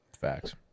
Facts